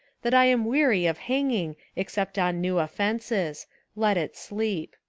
that i am weary of hanging except on new offences let it sleep.